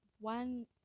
one